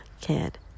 kid